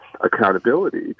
accountability